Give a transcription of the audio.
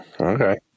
Okay